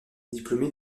diplômé